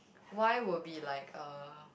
why will be like eh